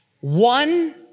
One